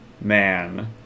man